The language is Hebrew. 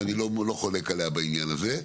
ואני לא חולק על בעניין הזה.